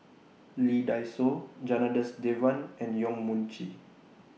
Lee Dai Soh Janadas Devan and Yong Mun Chee